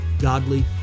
godly